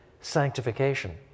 sanctification